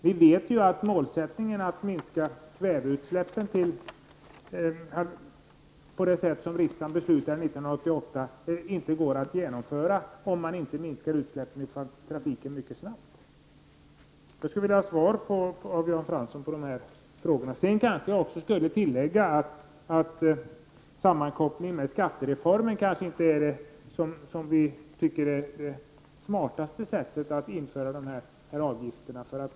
Vi vet ju att de mål om att minska kväveutsläppen som riksdagen fastställde 1988 inte går att uppfylla, om man inte mycket snabbt ser till att utsläppen från trafiken minskar. Jag skulle vilja ha svar på dessa frågor av Jan Fransson. Jag vill tillägga att sammankopplingen med skattereformen kanske inte är det smartaste sättet att införa miljöavgifter.